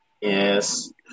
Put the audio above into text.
Yes